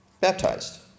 baptized